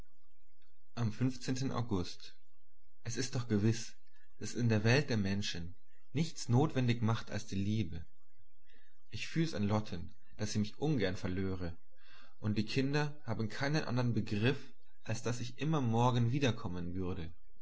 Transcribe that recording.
am august es ist doch gewiß daß in der welt den menschen nichts notwendig macht als die liebe ich fühl's an lotten daß sie mich ungern verlöre und die kinder haben keinen andern begriff als daß ich immer morgen wiederkommen würde